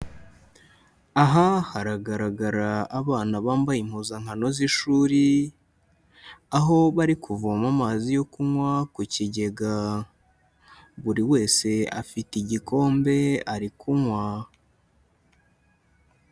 Aha haragaragara abana bambaye impuzankano z'ishuri aho bari kuvoma amazi yo kunywa ku kigega, buri wese afite igikombe ari kunywa.